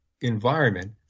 environment